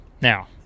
Now